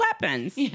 weapons